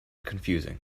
confusing